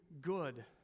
good